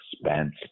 expense